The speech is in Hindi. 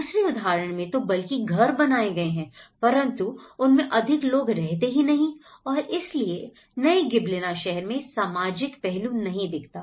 दूसरे उदाहरण में तो बल्कि घर बनाए गए हैं परंतु उनमें अधिक लोग रहते ही नहीं और इसलिए नए गिबलिना शहर में सामाजिक पहलू नहीं दिखता